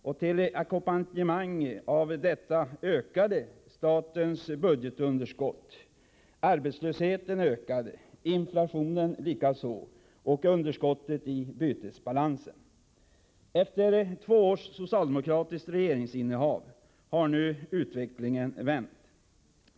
Och till ackompanjemang av detta ökade statens budgetunderskott, arbetslösheten, inflationen och underskottet i bytesbalansen. Efter två års socialdemokratiskt regeringsinnehav har nu utvecklingen vänt.